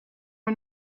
are